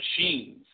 machines